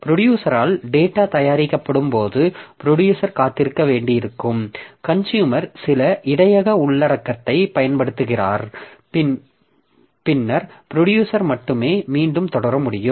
ப்ரொடியூசரால் data தயாரிக்கப்படும் போது producer காத்திருக்க வேண்டியிருக்கும் கன்சுயூமர் சில இடையக உள்ளடக்கத்தை பயன்படுத்துகிறார் பின்னர் ப்ரொடியூசர் மட்டுமே மீண்டும் தொடர முடியும்